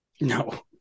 No